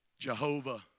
Jehovah